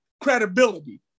credibility